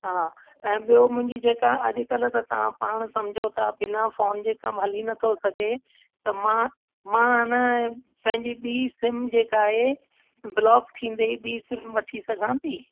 हा ऐं ॿियों मुंहिंजी जेका अॼुकल्ह त तव्हां पाणि समुझो था बिना फ़ोन जे कमु हली नथो सघे त मां मां न पंहिंजी ॿीं सिम जेका आहे ब्लॉक थींदे ई ॿीं सिम वठी सघां थी